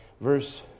verse